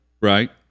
right